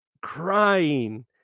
crying